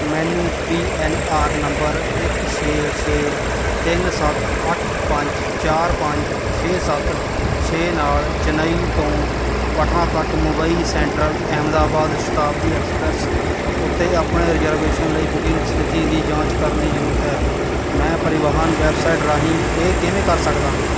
ਮੈਨੂੰ P N R number ਇੱਕ ਛੇ ਛੇ ਤਿੰਨ ਸੱਤ ਅੱਠ ਪੰਜ ਚਾਰ ਪੰਜ ਛੇ ਸੱਤ ਛੇ ਨਾਲ ਚੇਨਈ ਤੋਂ ਪਟਨਾ ਤੱਕ ਮੁੰਬਈ ਸੈਂਟਰਲ ਅਹਿਮਦਾਬਾਦ ਸ਼ਤਾਬਦੀ ਐਕਸਪ੍ਰੈਸ ਉੱਤੇ ਆਪਣੇ ਰਿਜਰਵੇਸ਼ਨ ਲਈ ਬੁਕਿੰਗ ਸਥਿਤੀ ਦੀ ਜਾਂਚ ਕਰਨ ਦੀ ਜ਼ਰੂਰਤ ਹੈ ਮੈਂ ਪਰੀਵਾਹਨ ਵੈਬਸਾਈਟ ਰਾਹੀਂ ਇਹ ਕਿਵੇਂ ਕਰ ਸਕਦਾ ਹਾਂ